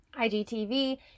IGTV